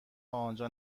آنجا